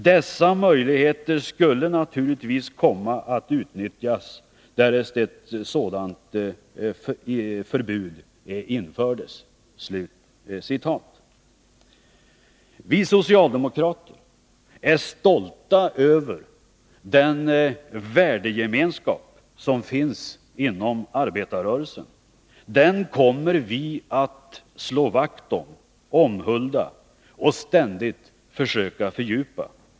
Dessa möjligheter skulle naturligtvis komma att utnyttjas därest ett sådant förbud infördes.” Vi socialdemokrater är stolta över den värdegemenskap som finns inom arbetarrörelsen. Den kommer vi att slå vakt om, omhulda och ständigt försöka fördjupa.